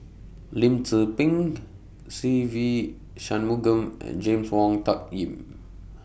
Lim Tze Peng Se Ve Shanmugam and James Wong Tuck Yim